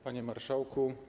Panie Marszałku!